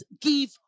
give